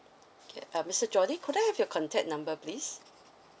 okay uh mister jody could I have your contact number please